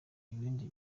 ibindi